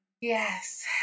Yes